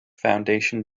foundation